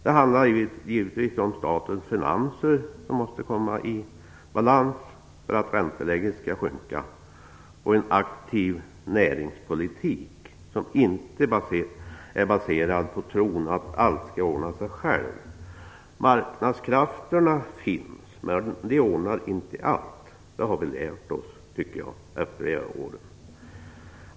Det handlar givetvis om statens finanser som måste komma i balans för att ränteläget skall sjunka och en aktiv näringspolitik som inte är baserad på tron att allt ordnar sig självt. Marknadskrafterna finns, men att de inte ordnar allt tycker jag att vi har lärt oss efter dessa år.